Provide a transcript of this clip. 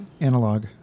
Analog